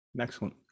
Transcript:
Excellent